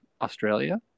australia